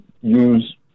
use